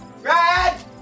Red